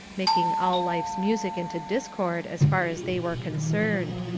making all life's music into discord as far as they were concerned.